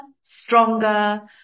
stronger